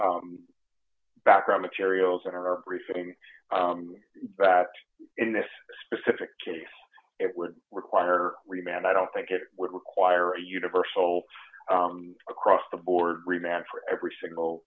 background materials in our briefing that in this specific case it would require remand i don't think it would require a universal across the board remand for every single